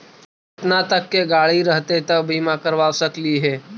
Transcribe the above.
केतना तक के गाड़ी रहतै त बिमा करबा सकली हे?